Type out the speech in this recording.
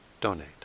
donate